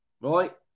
Right